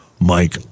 Mike